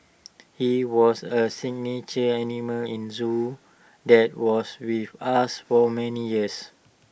he was A signature animal in Zoo that was with us for many years